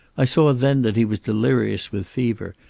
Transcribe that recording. i saw then that he was delirious with fever,